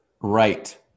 right